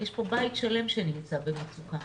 יש פה בית שלם שנמצא במצוקה.